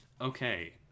Okay